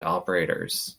operators